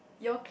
you all clip